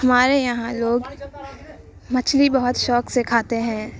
ہمارے یہاں لوگ مچھلی بہت شوق سے کھاتے ہیں